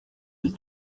elle